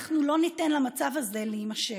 אנחנו לא ניתן למצב הזה להימשך.